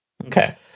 Okay